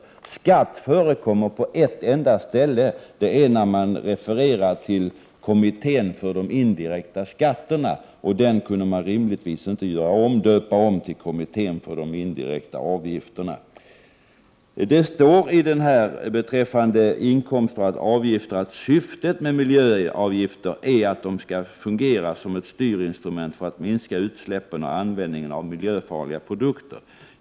Ordet skatt förekommer på ett enda ställe, och det är när man refererar till kommittén för de indirekta skatterna, och den kunde man rimligtvis inte döpa om till kommittén för de indirekta avgifterna. Det står beträffande inkomster av avgifter att syftet med miljöavgifter är att de skall fungera som styrinstrument för att minska utsläppen och användningen av miljöfarliga produkter.